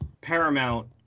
Paramount